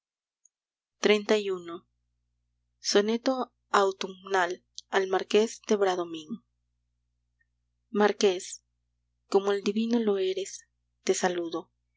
xxxi soneto autumnal al marqués de bradomín marqués como el divino lo eres te saludo